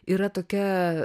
yra tokia